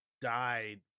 died